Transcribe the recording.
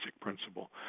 principle